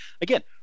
again